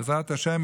בעזרת השם,